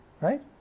right